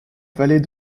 vallée